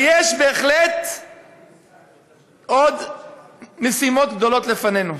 אבל יש בהחלט עוד משימות גדולות לפנינו.